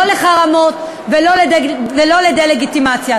לא לחרמות ולא דה-לגיטימציה.